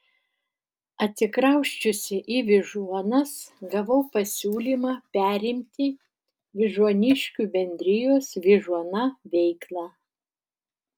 atsikrausčiusi į vyžuonas gavau pasiūlymą perimti vyžuoniškių bendrijos vyžuona veiklą